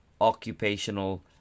occupational